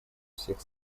всех